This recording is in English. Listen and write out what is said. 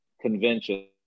convention